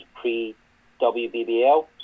pre-WBBL